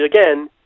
again